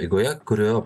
eigoje kurio